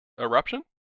Eruption